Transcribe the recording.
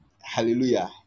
Hallelujah